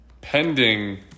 Pending